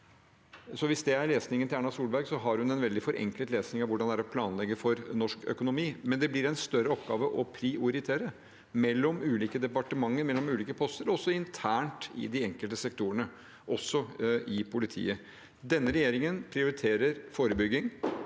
Hvis det er lesningen til Erna Solberg, har hun en veldig forenklet lesning av hvordan det er å planlegge for norsk økonomi. Men det blir en større oppgave å prioritere – mellom ulike departementer, mellom ulike poster og også internt i de enkelte sektorene, også i politiet. Denne regjeringen prioriterer forebygging.